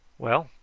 well,